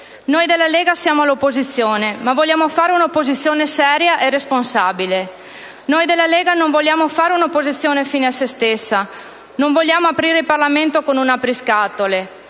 Noi della Lega siamo all'opposizione, ma vogliamo fare un'opposizione seria e responsabile. Noi della Lega non vogliamo fare un'opposizione fine a sé stessa; non vogliamo aprire il Parlamento con un apriscatole.